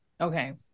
Okay